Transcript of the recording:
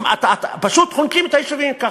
פשוט חונקים את היישובים ככה.